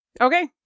Okay